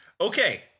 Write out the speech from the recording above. okay